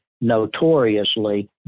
notoriously